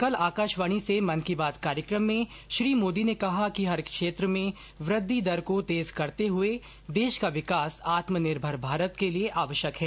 कल आकाशवाणी से मन की बात कार्यक्रम में श्री मोदी ने कहा कि हर क्षेत्र में वृद्धि दर को तेज करते हुए देश का विकास आत्मनिर्भर भारत के लिए आवश्यक है